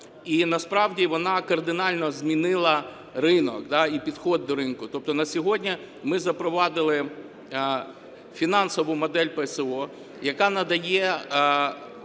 І насправді вона кардинально змінила ринок. Да, і підхід до ринку. Тобто на сьогодні ми запровадили фінансову модель ПСО, яка надає